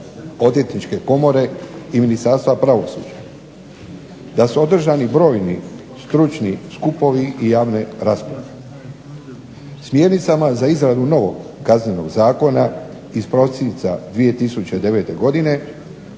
Odvjetničke komore i Ministarstva pravosuđa. Da su održani brojni, stručni skupovi i javne rasprave. Smjernicama za izradu novog Kaznenog zakona iz prosinca 2009. Godine